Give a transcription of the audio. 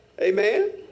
amen